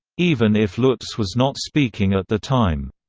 even if lutz was not speaking at the time.